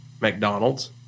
McDonald's